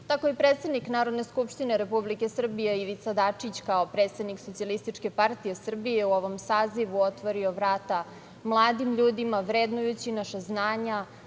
je predsednik Narodne skupštine Republike Srbije Ivica Dačić kao predsednik Socijalističke partije Srbije u ovom sazivu otvorio vrata mladim ljudima, vrednujući naša znanja,